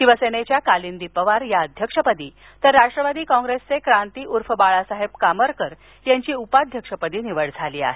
शिवसेनेच्या कालिंदी पवार या अध्यक्षपदी तर राष्ट्रवादी काँग्रेसचे क्रांती ऊर्फ बाळासाहेब कामारकर यांची उपाध्यक्षपदी निवड झाली आहे